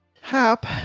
Hap